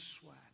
sweat